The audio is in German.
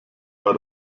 war